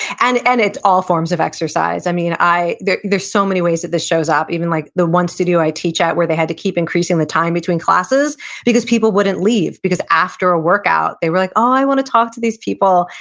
and and it's all forms of exercise, i mean, there's so many ways that this shows up, even like the one studio i teach at where they had to keep increasing the time between classes because people wouldn't leave, because after a workout, they were like, oh, i want to talk to these people,